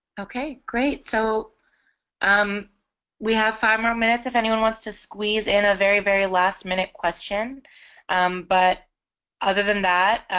okay great so um we have five more minutes if anyone wants to squeeze in a very very last minute question um but other than that